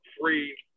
free